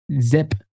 zip